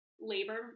labor